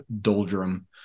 doldrum